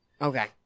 Okay